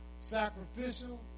sacrificial